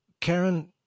Karen